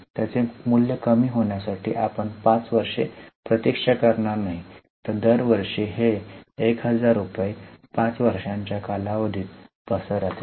त्याचे मूल्य कमी होण्यासाठी आपण 5 वर्षे प्रतीक्षा करणार नाही दर वर्षी हे 1000 रुपये 5 वर्षांच्या कालावधीत पसरले जातील